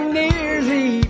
nearly